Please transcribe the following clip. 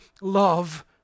love